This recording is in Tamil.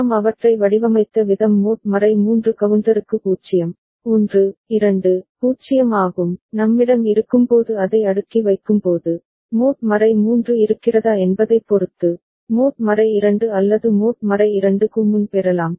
நாம் அவற்றை வடிவமைத்த விதம் மோட் 3 கவுண்டருக்கு 0 1 2 0 ஆகும் நம்மிடம் இருக்கும்போது அதை அடுக்கி வைக்கும்போது மோட் 3 இருக்கிறதா என்பதைப் பொறுத்து மோட் 2 அல்லது மோட் 2 க்கு முன் பெறலாம்